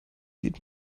sieht